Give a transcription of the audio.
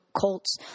Colts